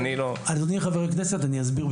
אדוני חבר הכנסת, ברשותך אסביר: